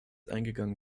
eingegangen